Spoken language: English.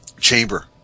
chamber